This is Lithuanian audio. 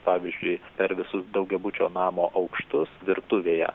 pavyzdžiui per visus daugiabučio namo aukštus virtuvėje